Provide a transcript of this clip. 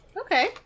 Okay